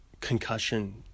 concussion